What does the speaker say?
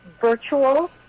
virtual